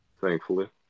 thankfully